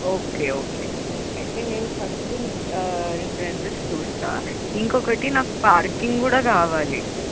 okay okay అయితే నేను first references చూస్తాను ఇంకొకటి నాకు పార్కింగ్ కూడా కావాలి